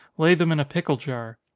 lay them in a pickle jar.